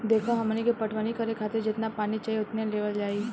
देखऽ हमनी के पटवनी करे खातिर जेतना पानी चाही ओतने लेवल जाई